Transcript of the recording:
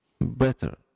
better